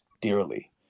dearly